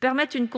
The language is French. permettent une